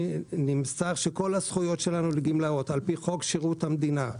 נמסר שכל הזכויות שלנו לגמלאות על פי חוק שירות המדינה,